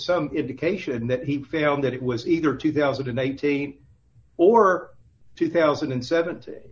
some indication that he found that it was either two thousand and eighteen or two thousand and seventy